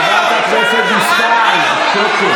חברת הכנסת דיסטל, שקט.